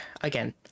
Again